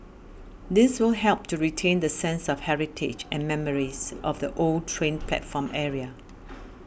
this will help to retain the sense of heritage and memories of the old train platform area